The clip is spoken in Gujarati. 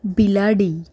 બિલાડી